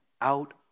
out